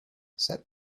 set